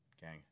gang